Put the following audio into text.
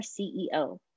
CEO